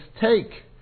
take